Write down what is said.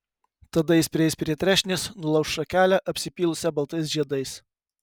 tada jis prieis prie trešnės nulauš šakelę apsipylusią baltais žiedais